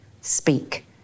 speak